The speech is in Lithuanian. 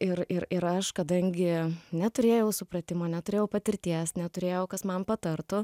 ir ir ir aš kadangi neturėjau supratimo neturėjau patirties neturėjau kas man patartų